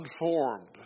unformed